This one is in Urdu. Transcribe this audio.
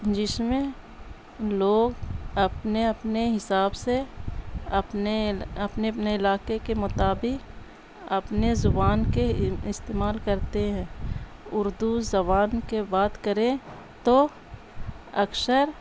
جس میں لوگ اپنے اپنے حساب سے اپنے اپنے اپنے علاقے کے مطابق اپنے زبان کے استعمال کرتے ہیں اردو زبان کے بات کریں تو اکثر